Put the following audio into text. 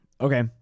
Okay